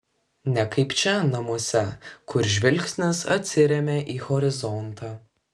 ne kaip čia namuose kur žvilgsnis atsiremia į horizontą